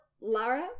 Lara